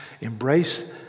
embrace